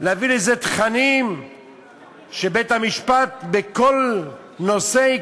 להביא לזה תכנים שבית-המשפט בכל נושא יביא